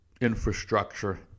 infrastructure